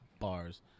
bars